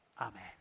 Amen